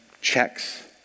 checks